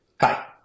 Hi